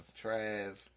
Trav